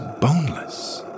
boneless